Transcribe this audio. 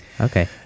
Okay